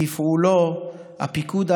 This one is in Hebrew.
תפעולו, הפיקוד עליו,